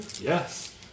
Yes